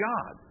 God